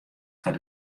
foar